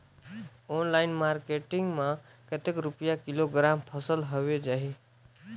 Online market मां कतेक रुपिया किलोग्राम फसल हवे जाही?